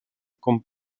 con